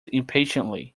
impatiently